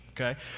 okay